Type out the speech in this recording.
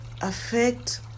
affect